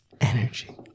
energy